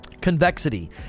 Convexity